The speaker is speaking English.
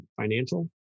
financial